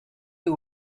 who